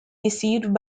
received